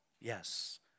Yes